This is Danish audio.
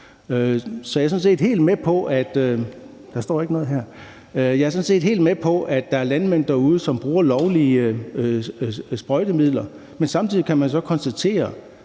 sådan set helt med på, at der er landmænd derude, som bruger lovlige sprøjtemidler, men samtidig kan man så konstaterer,